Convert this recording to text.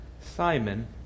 Simon